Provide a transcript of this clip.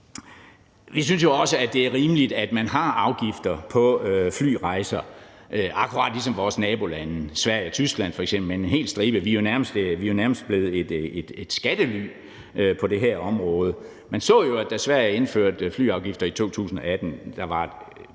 Vi synes jo også, det er rimeligt, at man har afgifter på flyrejser akkurat ligesom vores nabolande, Sverige og Tyskland f.eks. med en hel stribe. Vi er jo nærmest blevet et skattely på det her område. Man så jo, da Sverige indførte flyafgifter i 2018,